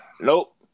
Nope